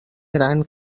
gran